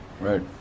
Right